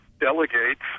delegates